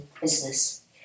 business